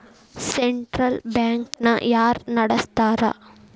Central bank ನ ಯಾರ್ ನಡಸ್ತಾರ?